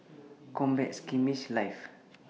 Combat Skirmish Live